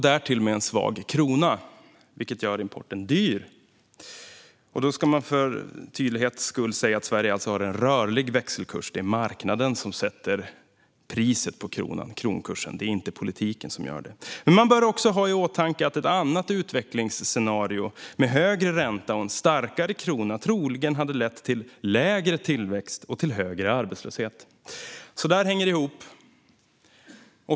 Därtill är kronan svag, vilket gör importen dyrare. För tydlighetens skull ska jag säga att Sverige har en rörlig växelkurs; det är marknaden som sätter kronkursen, inte politiken. Man bör dock ha i åtanke att ett annat utvecklingsscenario, med högre ränta och starkare krona, troligen hade lett till lägre tillväxt och högre arbetslöshet. På det sättet hänger det ihop.